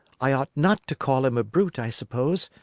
i ought not to call him a brute, i suppose.